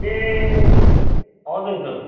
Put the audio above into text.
ए हजुर हजुर